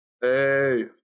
Hey